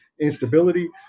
instability